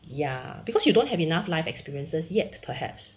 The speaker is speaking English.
ya because you don't have enough life experiences yet perhaps